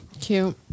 Cute